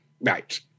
Right